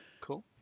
cool